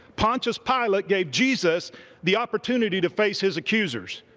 pontius pilate gave jesus the opportunity to face his accusers.